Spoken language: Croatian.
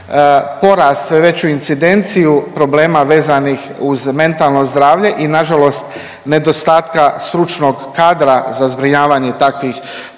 porast, sve veću incidenciju problema vezanih uz mentalno zdravlje i nažalost nedostatka stručnog kadra za zbrinjavanje takvih